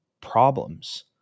problems